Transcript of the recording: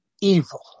evil